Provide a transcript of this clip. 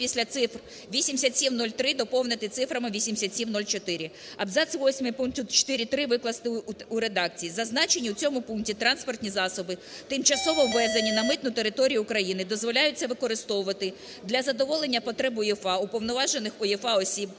після цифр 8703, доповнити цифрами 8704. Абзац восьмий пункту 4.3 викласти у редакції: "Зазначені у цьому пункті транспортні засоби, тимчасово ввезені на митну територію України, дозволяється використовувати для задоволення потреб УЄФА, уповноважених УЄФА осіб,